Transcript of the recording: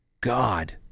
God